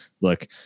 look